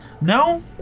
No